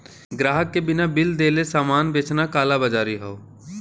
ग्राहक के बिना बिल देले सामान बेचना कालाबाज़ारी हौ